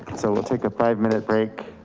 so we'll take a five minute break